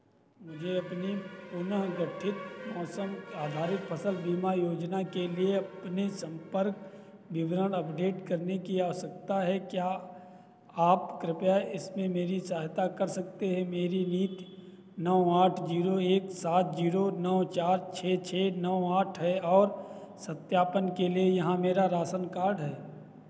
मुझे अपनी पुनः गठित मौसम आधारित फसल बीमा योजना के लिए अपने संपर्क विवरण अपडेट करने की आवश्यकता है क्या आप कृपया इसमें मेरी सहायता कर सकते हैं मेरी नीति नौ आठ ज़ीरो एक सात ज़ीरो नौ चार छः छः नौ आठ है और सत्यापन के लिए यहाँ मेरा रासन कार्ड है